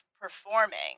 performing